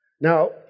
Now